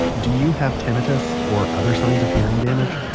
do you have tinnitus or other signs of hearing damage?